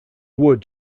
wood